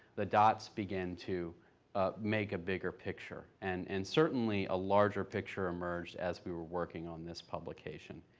the dots begin to make a bigger picture. and and certainly, a larger picture emerged as we were working on this publication.